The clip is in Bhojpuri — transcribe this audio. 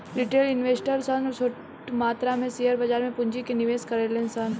रिटेल इन्वेस्टर सन छोट मात्रा में शेयर बाजार में पूंजी के निवेश करेले सन